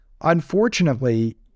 Unfortunately